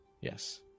yes